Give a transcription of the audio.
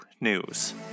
news